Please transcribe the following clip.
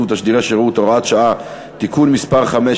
ותשדירי שירות) (הוראת שעה) (תיקון מס' 5),